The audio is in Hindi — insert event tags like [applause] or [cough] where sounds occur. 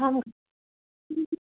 हम [unintelligible]